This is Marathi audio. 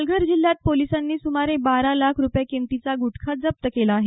पालघर जिल्ह्यात पोलिसांनी सुमारे बारा लाख रुपये किमतीचा गुटखा जप्त केला आहे